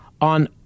on